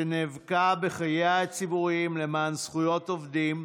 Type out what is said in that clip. שנאבקה בחייה הציבוריים למען זכויות עובדים,